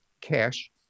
cash